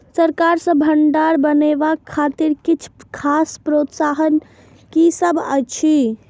सरकार सँ भण्डार बनेवाक खातिर किछ खास प्रोत्साहन कि सब अइछ?